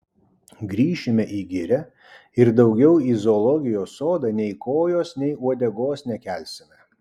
grįšime į girią ir daugiau į zoologijos sodą nei kojos nei uodegos nekelsime